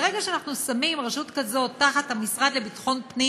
ברגע שאנחנו שמים רשות כזאת תחת המשרד לביטחון הפנים,